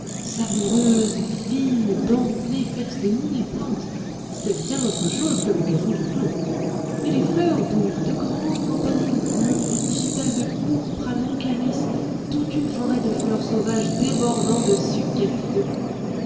savoureuse fine dentelée faite de mille plantes c'était bien autre chose que le gazon du clos et les fleurs donc de grandes campanules bleues des digitales de pourpre à longs calices toute une forêt de fleurs sauvages débordant de sucs capiteux